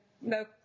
no